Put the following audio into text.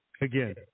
again